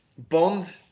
bond